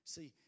See